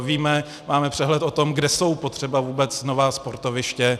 Víme, máme přehled o tom, kde jsou potřeba vůbec nová sportoviště.